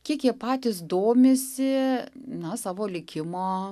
kiek jie patys domisi na savo likimo